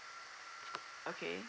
okay